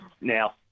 Now